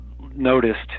noticed